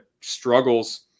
struggles